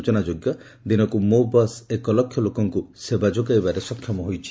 ସୂଚନା ଯୋଗ୍ୟ ଦିନକୁ ମୋ ବସ୍ ଏକ ଲକ୍ଷ ଲୋକଙ୍କୁ ସେବା ଯୋଗାଇବାରେ ସକ୍ଷମ ହୋଇଛି